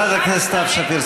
חברת הכנסת סתיו שפיר,